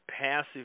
passive